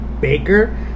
baker